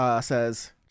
says